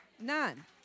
None